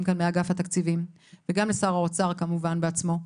כאן מאגף התקציבים וגם לשר האוצר כמובן בעצמו,